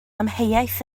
amheuaeth